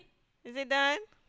is it done